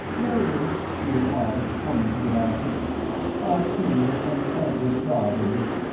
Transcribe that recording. there it is, he replied, pointing to the basket a tedious and thankless job, innes.